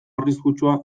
arriskutsua